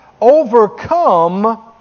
overcome